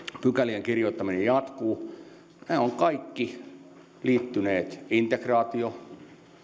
pykälien kirjoittaminen jatkuu nämä ovat kaikki liittyneet integraatioon